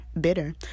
bitter